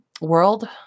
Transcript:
world